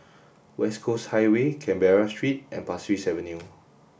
West Coast Highway Canberra Street and Pasir Ris Avenue